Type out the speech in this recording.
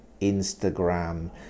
Instagram